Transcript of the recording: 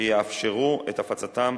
שיאפשרו